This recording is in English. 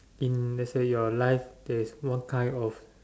in let's say your life that is one kind of